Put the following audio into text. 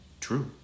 True